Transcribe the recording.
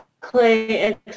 clay